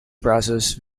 process